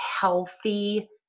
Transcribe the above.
healthy